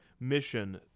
mission